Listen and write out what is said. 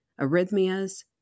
arrhythmias